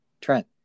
Trent